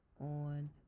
on